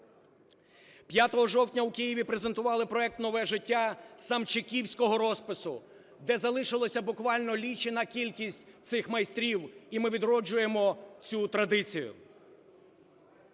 5 жовтня у Києві презентували проект "Нове життя самчиківського розпису", де залишилася буквально лічена кількість цих майстрів. І ми відроджуємо цю традицію.